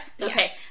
Okay